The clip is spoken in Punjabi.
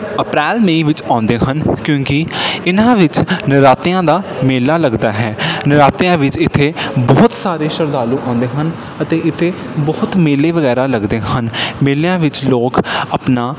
ਅਪ੍ਰੈਲ ਮਈ ਵਿੱਚ ਆਉਂਦੇ ਹਨ ਕਿਉਂਕਿ ਇਹਨਾਂ ਵਿੱਚ ਨਰਾਤਿਆਂ ਦਾ ਮੇਲਾ ਲੱਗਦਾ ਹੈ ਨਰਾਤਿਆਂ ਵਿੱਚ ਇੱਥੇ ਬਹੁਤ ਸਾਰੇ ਸ਼ਰਧਾਲੂ ਆਉਂਦੇ ਹਨ ਅਤੇ ਇੱਥੇ ਬਹੁਤ ਮੇਲੇ ਵਗੈਰਾ ਲੱਗਦੇ ਹਨ ਮੇਲਿਆਂ ਵਿੱਚ ਲੋਕ ਆਪਣਾ